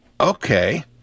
Okay